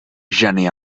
gener